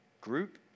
group